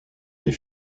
des